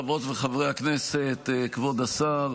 חברות וחברי הכנסת, כבוד השר,